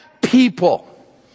people